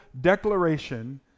declaration